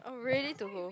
I'm ready to go